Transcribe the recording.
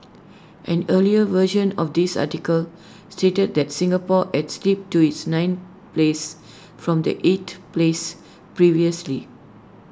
an earlier version of this article stated that Singapore has slipped to its ninth place from the eighth place previously